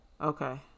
Okay